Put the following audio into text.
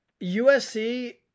USC